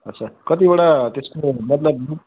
अच्छा कतिवटा त्यसको मतलब